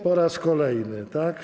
Po raz kolejny, tak?